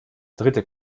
dritte